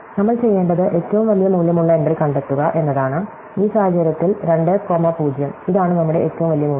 നമ്മൾ ചെയ്യേണ്ടത് ഏറ്റവും വലിയ മൂല്യമുള്ള എൻട്രി കണ്ടെത്തുക എന്നതാണ് ഈ സാഹചര്യത്തിൽ 2 കോമ 0 ഇതാണ് നമ്മുടെ ഏറ്റവും വലിയ മൂല്യം